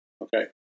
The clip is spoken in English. Okay